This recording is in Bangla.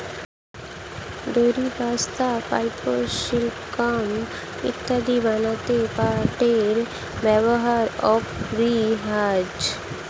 দড়ি, বস্তা, পাপোশ, শিল্পকর্ম ইত্যাদি বানাতে পাটের ব্যবহার অপরিহার্য